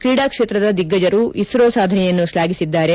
ಕ್ರೀಡಾಕ್ಷೇತ್ರದ ದಿಗ್ಗಜರು ಇಸ್ರೋ ಸಾಧನೆಯನ್ನು ಶ್ಲಾಘಿಸಿದ್ದಾರೆ